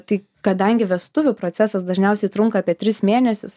tai kadangi vestuvių procesas dažniausiai trunka apie tris mėnesius